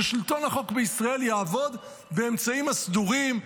ששלטון החוק בישראל יעבוד באמצעים הסדורים,